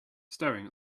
staring